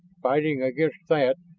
fighting against that,